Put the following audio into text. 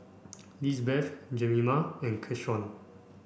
Lisbeth Jemima and Keshawn